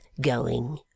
going